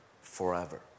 forever